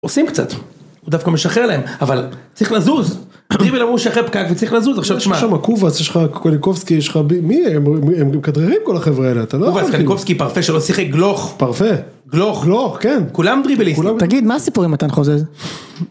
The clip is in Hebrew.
עושים קצת, הוא דווקא משחרר להם, אבל צריך לזוז, חברים אמרו שחרר פקק וצריך לזוז, עכשיו תשמע. יש שמה קובאס יש לך, קוליקובסקי יש לך, מי הם? הם גם מכדררים כל החברה האלה. קובאס, קוליקובסקי פרפה שלו, שיחי גלוך. פרפה? גלוך. גלוך, כן. כולם דריבליסטים. תגיד מה הסיפור עם מתן חוזז?